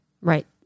Right